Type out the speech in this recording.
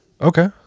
Okay